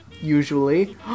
usually